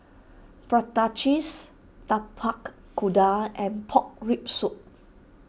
Prata Cheese Tapak Kuda and Pork Rib Soup